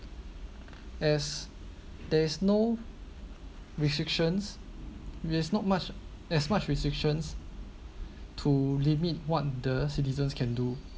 as there's no restrictions you there's not much as much restrictions to limit what the citizens can do